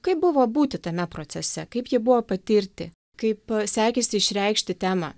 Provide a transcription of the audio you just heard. kaip buvo būti tame procese kaip jį buvo patirti kaip sekėsi išreikšti temą